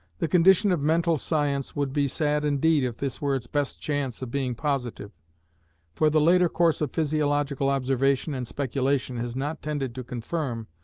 the condition of mental science would be sad indeed if this were its best chance of being positive for the later course of physiological observation and speculation has not tended to confirm,